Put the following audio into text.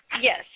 Yes